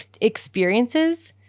experiences